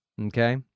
Okay